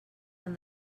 han